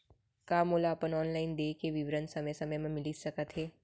का मोला अपन ऑनलाइन देय के विवरण समय समय म मिलिस सकत हे?